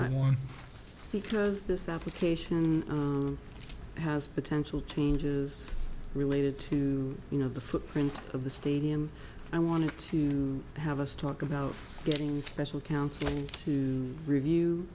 want because this application has potential changes related to you know the footprint of the stadium i wanted to have us talk about getting special counseling to review